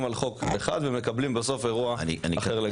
על חוק אחד ומקבלים בסוף אירוע אחר לגמרי.